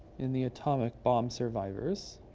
in the atomic bomb survivors.